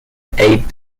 aide